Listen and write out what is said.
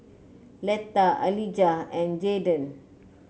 Letta Alijah and Jayden